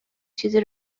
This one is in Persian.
چیزی